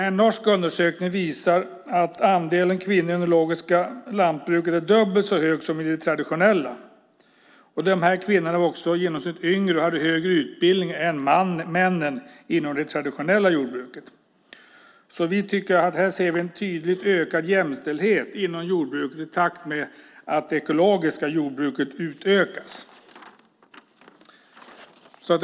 En norsk undersökning visar att andelen kvinnor inom det ekologiska lantbruket är dubbelt så stor som inom det traditionella. Dessa kvinnor var också i genomsnitt yngre och hade högre utbildning än männen inom det traditionella jordbruket. Vi ser här en tydligt ökad jämställdhet inom jordbruket i takt med att det ekologiska jordbruket utökas.